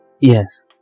Yes